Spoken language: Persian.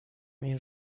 این